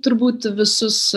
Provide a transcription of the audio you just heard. turbūt visus